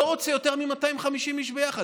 לא רוצה יותר מ-250 איש ביחד.